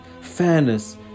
fairness